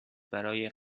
برای